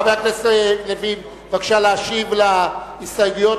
חבר הכנסת לוין, בבקשה להשיב על ההסתייגויות.